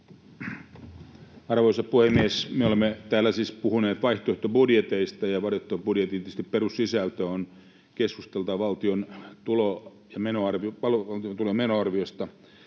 Arvoisa puhemies! Me olemme täällä siis puhuneet vaihtoehtobudjeteista, ja vaihtoehtobudjetin perussisältö on tietysti keskustella valtion tulo- ja menoarviosta